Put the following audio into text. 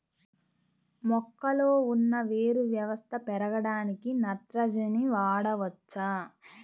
మొక్కలో ఉన్న వేరు వ్యవస్థ పెరగడానికి నత్రజని వాడవచ్చా?